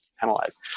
penalized